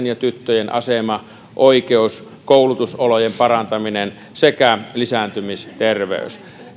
ja tyttöjen asema oikeus koulutusolojen parantaminen sekä lisääntymisterveys